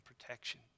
protection